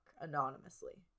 anonymously